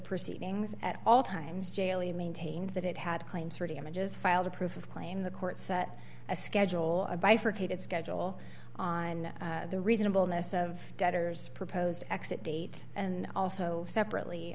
proceedings at all times daily maintains that it had claims for damages filed a proof of claim the court set a schedule a bifurcated schedule on the reasonableness of debtor's proposed exit dates and also separately